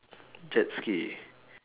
jet ski